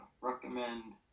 recommend